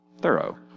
thorough